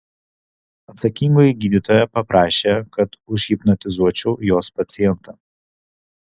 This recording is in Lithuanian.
atsakingoji gydytoja paprašė kad užhipnotizuočiau jos pacientą